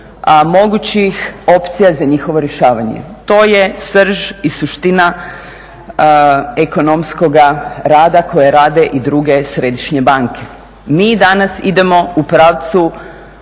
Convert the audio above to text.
mogućih opcija za njihovo rješavanje. To je srž i suština ekonomskoga rada koje rade i druge središnje banke. Mi danas idemo u pravcu